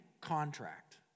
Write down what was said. contract